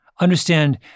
Understand